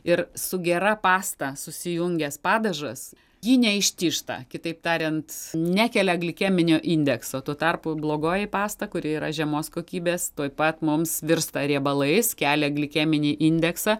ir su gera pasta susijungęs padažas ji neištyžta kitaip tariant nekelia glikeminio indekso tuo tarpu blogoji pasta kuri yra žemos kokybės tuoj pat mums virsta riebalais kelia glikeminį indeksą